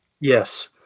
Yes